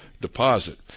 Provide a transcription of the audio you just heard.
deposit